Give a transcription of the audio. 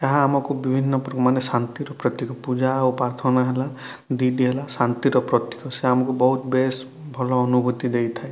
ଏହା ଆମକୁ ବିଭିନ୍ନ ପ୍ର ମାନେ ଶାନ୍ତିର ପ୍ରତୀକ ପୂଜା ଆଉ ପ୍ରାର୍ଥନା ହେଲା ଦୁଇଟି ହେଲା ଶାନ୍ତିର ପ୍ରତୀକ ସେ ଆମକୁ ବହୁତ ବେଶ ଭଲ ଅନୁଭୂତି ଦେଇଥାଏ